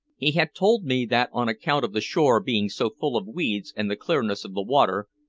he had told me that on account of the shore being so full of weeds and the clearness of the water,